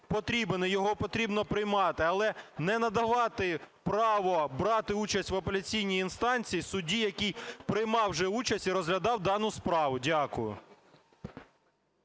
його потрібно приймати. Але не надавати право брати участь в апеляційній інстанції судді, який приймав вже участь і розглядав дану справу. Дякую.